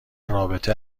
رابطه